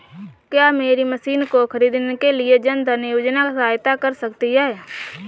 क्या मेरी मशीन को ख़रीदने के लिए जन धन योजना सहायता कर सकती है?